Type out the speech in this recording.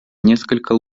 несколько